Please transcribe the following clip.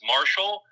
Marshall